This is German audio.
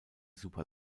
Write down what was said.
super